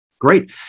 Great